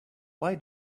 why